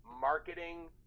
marketing